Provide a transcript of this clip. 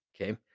Okay